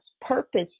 purpose